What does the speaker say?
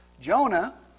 Jonah